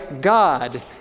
God